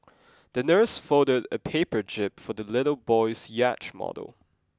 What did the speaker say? the nurse folded a paper jib for the little boy's yacht model